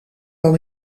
dan